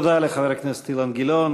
תודה לחבר הכנסת אילן גילאון.